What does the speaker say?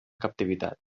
captivitat